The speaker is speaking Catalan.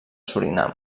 surinam